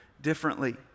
differently